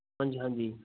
ਹਾਂਜੀ ਹਾਂਜੀ